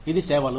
ఇది సేవలు